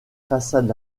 façades